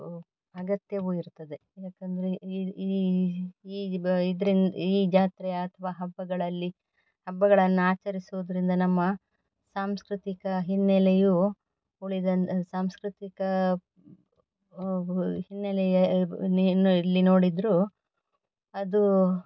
ಅಗತ್ಯವು ಇರ್ತದೆ ಯಾಕಂದರೆ ಈ ಈ ಈ ಬ ಇದ್ರಿಂದ ಈ ಜಾತ್ರೆ ಅಥ್ವಾ ಹಬ್ಬಗಳಲ್ಲಿ ಹಬ್ಬಗಳನ್ನು ಆಚರಿಸೋದರಿಂದ ನಮ್ಮ ಸಾಂಸ್ಕೃತಿಕ ಹಿನ್ನೆಲೆಯು ಉಳಿದ ಸಾಂಸ್ಕೃತಿಕ ಬ ಹಿನ್ನೆಲೆಯನ್ನು ಇನ್ನು ಎಲ್ಲಿ ನೋಡಿದರೂ ಅದು